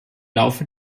laufe